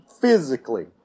physically